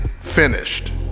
finished